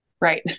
Right